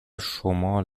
شمال